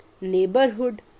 neighborhood